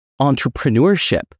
entrepreneurship